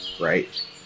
Right